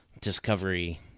discovery